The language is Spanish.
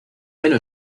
pelo